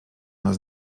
nas